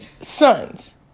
sons